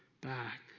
back